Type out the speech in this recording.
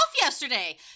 yesterday